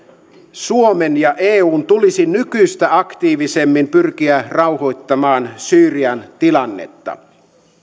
suomen ja eun tulisi nykyistä aktiivisemmin pyrkiä rauhoittamaan syyrian tilannetta